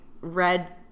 red